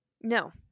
No